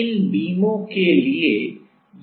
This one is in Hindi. और फिर इस दिशा में y विक्षेपण लिया जाता है ठीक है